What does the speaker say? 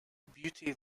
beauty